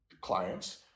clients